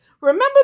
Remember